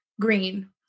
Green